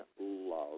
love